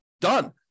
Done